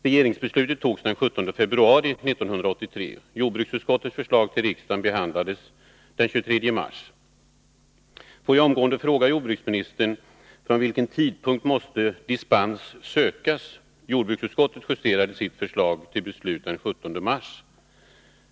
Regeringsbeslutet fattades den 17 februari 1983. Jordbruksutskottet justerade sitt förslag till beslut den 17 mars. Detta förslag behandlades av riksdagen den 23 mars. Får jag omgående fråga jordbruksministern från vilken tidpunkt dispens måste sökas?